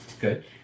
Good